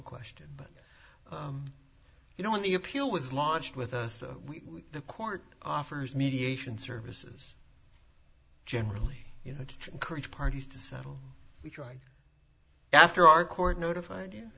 question but you know when the appeal was launched with us we the court offers mediation services generally you know encourage parties to settle we tried after our court notified you